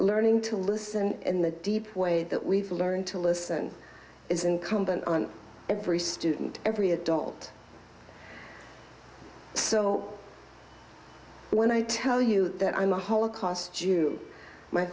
learning to listen in the deep way that we've learned to listen is incumbent on every student every adult so when i tell you that i'm a holocaust jew my